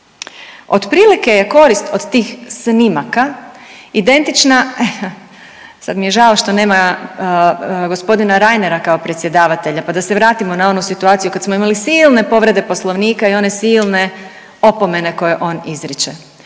Otprilike je korist od tih snimaka identična, sad mi je žao što nema g. Reinera kao predsjedavatelja pa da se vratimo na onu situaciju kad smo imali silne povrede Poslovnika i one silne opomene koje on izriče.